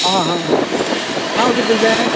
आं हा हा नांव कितें तुजें